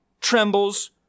trembles